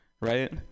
Right